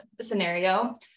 scenario